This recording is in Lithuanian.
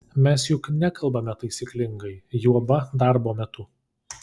mes juk nekalbame taisyklingai juoba darbo metu